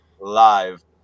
live